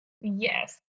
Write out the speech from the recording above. Yes